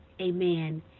amen